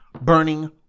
burning